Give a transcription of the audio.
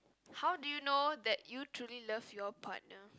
how do you know that you truly love your partner